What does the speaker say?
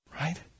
Right